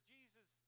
Jesus